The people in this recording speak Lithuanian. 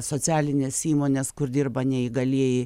socialines įmones kur dirba neįgalieji